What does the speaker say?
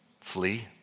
Flee